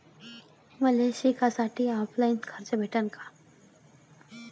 मले शिकासाठी ऑफलाईन कर्ज भेटन का?